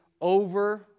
over